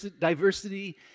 diversity